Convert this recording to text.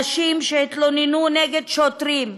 הנשים שהתלוננו נגד שוטרים,